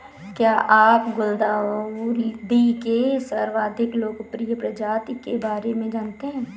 क्या आप गुलदाउदी के सर्वाधिक लोकप्रिय प्रजाति के बारे में जानते हैं?